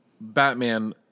Batman